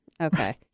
Okay